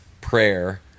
prayer